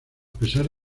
pesar